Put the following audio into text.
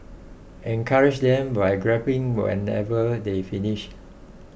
encourage them by clapping whenever they finish